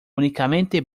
únicamente